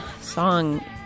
song